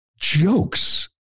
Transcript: jokes